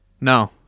No